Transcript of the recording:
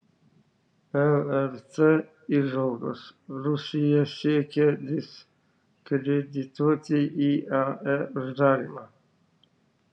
lrt įžvalgos rusija siekia diskredituoti iae uždarymą